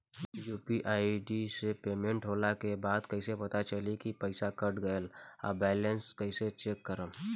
UPI ID से payment होला के बाद कइसे पता चली की पईसा कट गएल आ बैलेंस कइसे चेक करम?